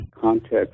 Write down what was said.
context